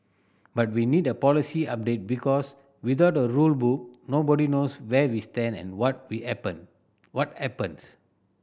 but we need a policy update because without a rule book nobody knows where we stand and what we happen what happens